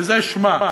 וזה שמה,